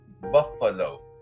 Buffalo